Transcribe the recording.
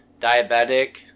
diabetic